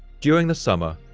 during the summer,